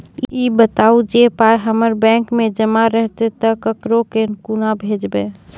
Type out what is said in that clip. ई बताऊ जे पाय हमर बैंक मे जमा रहतै तऽ ककरो कूना भेजबै?